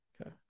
Okay